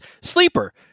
Sleeper